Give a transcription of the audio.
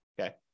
Okay